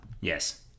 Yes